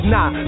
Nah